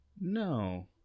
No